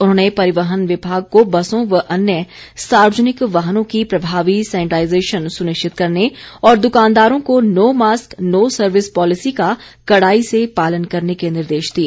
उन्होंने परिवहन विभाग को बसों व अन्य सार्वजनिक वाहनों की प्रभावी सैनिटाइजेशन सुनिश्चित करने और दुकानदारों को no mask no service policy का कड़ाई से पालन करने के निर्देश दिए